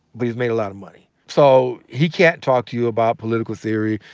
but he's made a lot of money. so he can't talk to you about political theory,